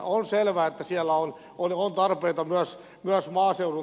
on selvä että siellä on tarpeita myös maaseudun teille